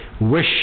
wish